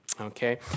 Okay